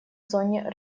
зоне